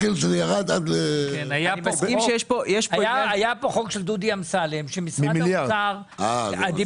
ירד -- אין לנו ויכוח עם משרד האוצר ועם רשות